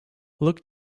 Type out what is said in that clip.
look